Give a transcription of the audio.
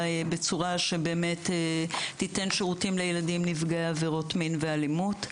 בצורה שתיתן שירותים לילדים נפגעי עבירות מין ואלימות.